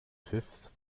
fifth